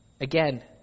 again